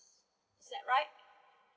is that right